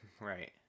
Right